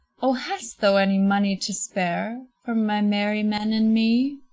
o, hast thou any money to spare, for my merry men and me?